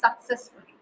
successfully